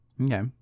Okay